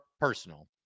personal